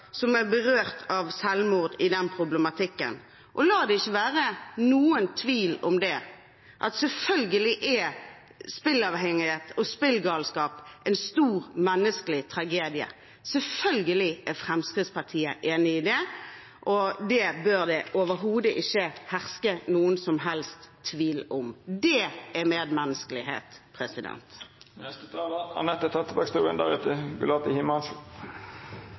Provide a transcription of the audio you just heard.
som er berørt av selvmord i den problematikken. Og la det ikke være noen tvil om at selvfølgelig er spilleavhengighet og spillegalskap en stor menneskelig tragedie. Selvfølgelig er Fremskrittspartiet enig i det. Det bør det overhodet ikke herske noen som helst tvil om. Det er medmenneskelighet.